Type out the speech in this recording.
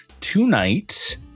tonight